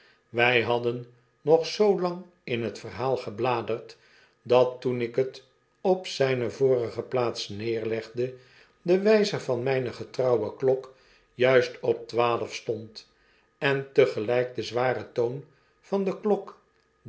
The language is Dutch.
wy hadden nog zoolang in het verhaal gebladerd dat toen ik het op zyne vorige plaats neerlegde de wyzer van myne getrouwe klok juist op twaalf stond en tegelyk de zware toon van de klok